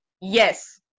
Yes